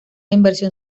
inversión